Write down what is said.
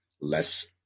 less